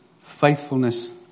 faithfulness